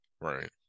right